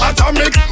Atomic